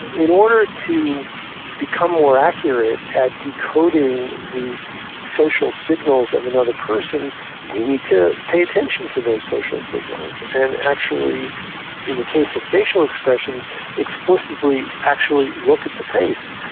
in order to become more accurate at encoding the social signals of another person we need to pay attention to those social signals, and actually in the case of facial expressions explicitly look at the face,